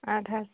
اَدٕ حظ